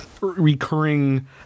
recurring